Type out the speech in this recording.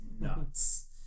nuts